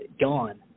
gone